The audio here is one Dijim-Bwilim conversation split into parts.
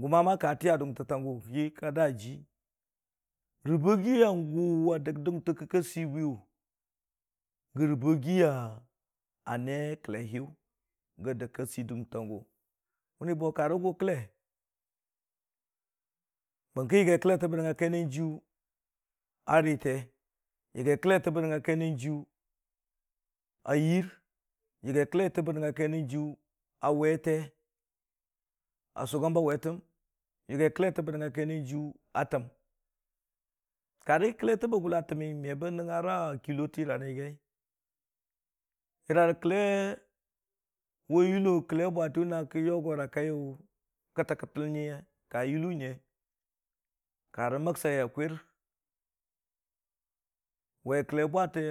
Gəma ma ka tiya dʊntəta gʊ ki, ka daa jii. Rəbəggi ya gʊ bə dəg ki dɨnte ka swibwi, gən rəbəggi ya nee kəlle hiyʊ gə dəg kə ka wsiyi dʊntətang gʊ. Wʊni bo karə gʊ kəlla bəngka yagi kəllete bə nəngnga kainan jiyu a riite yagi kəllete bə nəngnga kainan jiyu a yiir, yagi kəllete bə nəngnga kai nan jiyir awete a sʊgam ba wetəm, yagi kəllete bə nəngnga kai nan jiyu a təm kara kəllete ba'gʊla təmmi me bə nəngnga kəllete yəra yəggai. yəra kəlle wa yʊlo kəlle bwati wʊ na ki yogora kaiyu kətəi- kətəi nye ka yulo. nye ka rə məgsai a kwir wai kəllai a bwatei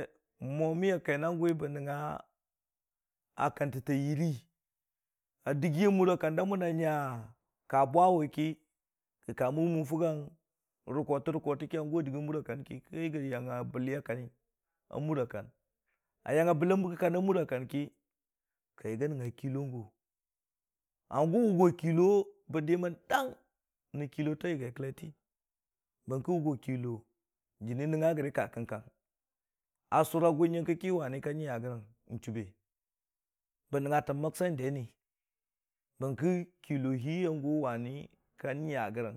mwami a kaitangwʊi bə nəngnga a kantə ta yiiri a dəggi. a mura kanda mʊ nanya. ka bwa wʊ ki, ka ka mən wʊmmən fʊgang rə koota rə kootə ki hangu a dəggə a mura kanki, ka yəggi a yangya bɨlle a kanni a mura kan, a yangnga bɨlleya mura kan ki, ka yiiga nəngnga kɨllon gʊ, hangʊ wʊgo kɨllo bə dimən dangrʊ kɨllo ta yaggi kʊlleti bə ki wʊ go kɨllo jɨnii nəngnga gərə ka kənkang, a sʊr ra gʊ yəngkə ki wani ka nya gərəng chuube bə nəngngatən məbsai deni bə ki kɨllohi ya gʊ wani ka nya gərəng.